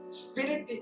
spirit